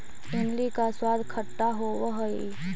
इमली का स्वाद खट्टा होवअ हई